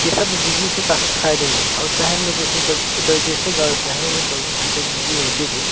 ये सब बिजली से काफी फायदे हुए हैं और शहर में जैसे जैसे ग शहरो में चौबीस घंटे बिजली रहती थी